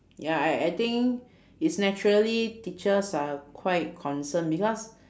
ya I I think is naturally teachers are quite concern because